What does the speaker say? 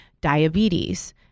diabetes